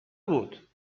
بود